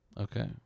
Okay